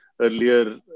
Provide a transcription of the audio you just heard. earlier